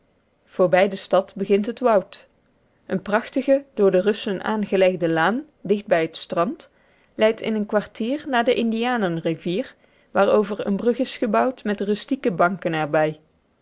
voorbij de stad begint het woud een prachtige door de russen aangelegde laan dicht bij het strand leidt in een kwartier naar de indianenrivier waarover een brug is gebouwd met rustieke banken er